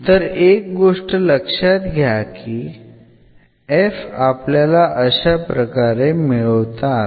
तर एक गोष्ट लक्षात घ्या की f आपल्याला अशाप्रकारे मिळवता आला